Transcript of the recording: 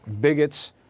bigots